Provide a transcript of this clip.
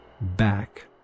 back